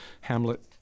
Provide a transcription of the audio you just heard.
Hamlet